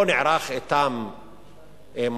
לא נערך אתם משא-ומתן,